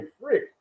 freak